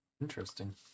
Interesting